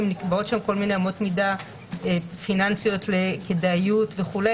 אם נקבעות שם כל מיני אמות מידה פיננסיות לכדאיות וכו'.